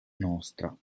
nostra